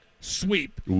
Sweep